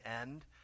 end